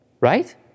Right